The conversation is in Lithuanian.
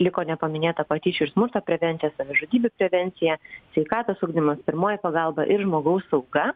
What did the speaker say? liko nepaminėta patyčių ir smurto prevencija savižudybių prevencija sveikatos ugdymas pirmoji pagalba ir žmogaus sauga